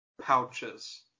pouches